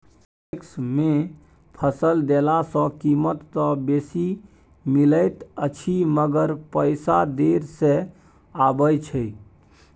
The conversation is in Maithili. पैक्स मे फसल देला सॅ कीमत त बेसी मिलैत अछि मगर पैसा देर से आबय छै